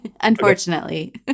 Unfortunately